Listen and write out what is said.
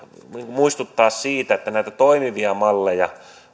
muistuttaa siitä että näitä toimivia malleja